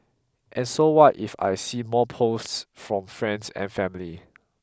and so what if I see more posts from friends and family